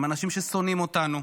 הם אנשים ששונאים אותנו.